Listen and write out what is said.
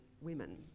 women